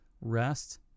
rest